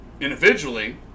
individually